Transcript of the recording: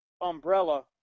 umbrella